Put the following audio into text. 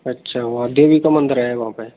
अच्छा देवी का मंदिर है वहाँ पे